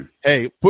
hey